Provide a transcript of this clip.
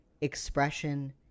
expression